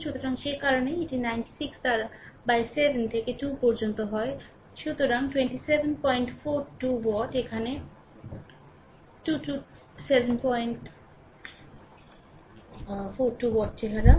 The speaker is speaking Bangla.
সুতরাং সে কারণেই এটি 96 দ্বারা 7 থেকে 2 পর্যন্ত হয় সুতরাং 2742 ওয়াট এখানে 2742 ওয়াট চেহারা